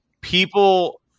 people